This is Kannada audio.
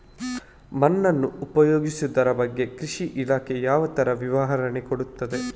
ಮಣ್ಣನ್ನು ಉಪಯೋಗಿಸುದರ ಬಗ್ಗೆ ಕೃಷಿ ಇಲಾಖೆ ಯಾವ ತರ ವಿವರಣೆ ಕೊಡುತ್ತದೆ?